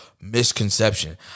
misconception